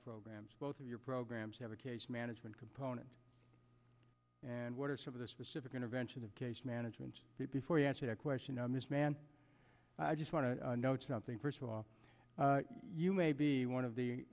programs both of your programs have a cage management component and what are some of the specific intervention of case management before you answer that question on this man i just want to note something first of all you may be one of the